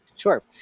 Sure